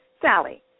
Sally